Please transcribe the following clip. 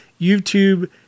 youtube